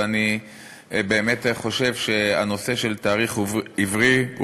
ואני באמת חושב שהנושא של התאריך העברי הוא